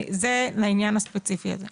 זה לעניין הספציפי הזה.